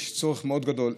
יש צורך מאוד גדול.